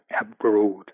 abroad